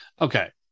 okay